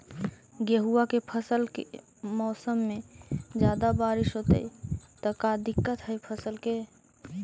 गेहुआ के फसल के मौसम में ज्यादा बारिश होतई त का दिक्कत हैं फसल के?